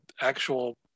actual